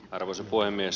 arvoisa puhemies